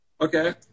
Okay